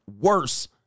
worse